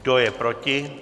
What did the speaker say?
Kdo je proti?